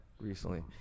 recently